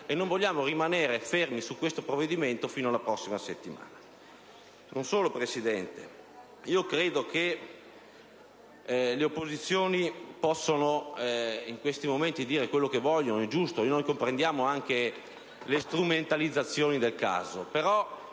non vogliamo rimanere fermi su questo provvedimento fino alla prossima settimana. Non solo, Presidente. Credo che le opposizioni possano in questi momenti dire quello che vogliono - è giusto, e comprendiamo anche le strumentalizzazioni del caso